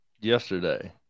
yesterday